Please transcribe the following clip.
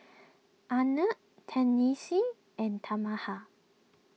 Arnett Tennessee and Tamatha